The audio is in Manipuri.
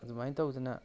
ꯑꯗꯨꯃꯥꯏꯅ ꯇꯧꯗꯅ